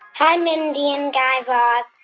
hi, mindy and guy raz.